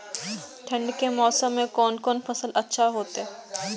ठंड के मौसम में कोन कोन फसल अच्छा होते?